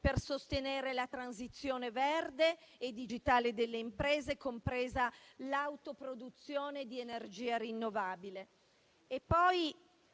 per sostenere la transizione verde e digitale delle imprese, compresa l'autoproduzione di energia rinnovabile.